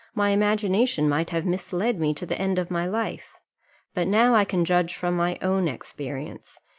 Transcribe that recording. my imagination might have misled me to the end of my life but now i can judge from my own experience,